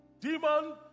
Demon